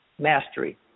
mastery